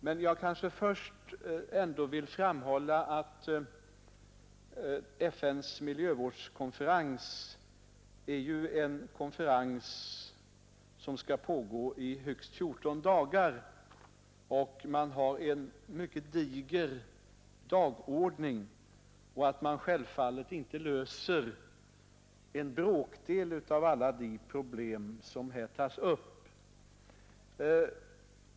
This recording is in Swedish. Men jag kanske först ändå vill framhålla att FN:s miljövårdskonferens är en konferens som skall pågå i högst 14 dagar, att man har en mycket diger dagordning och att man självfallet inte löser alla de problem som här tas upp.